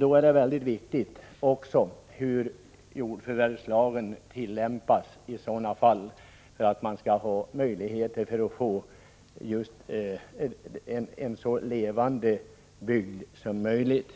Det är då också mycket viktigt hur jordförvärvslagen tillämpas för att man skall få en så levande bygd som möjligt.